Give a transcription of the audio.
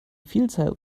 vielzahl